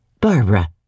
Barbara